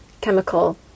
chemical